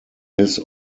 his